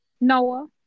Noah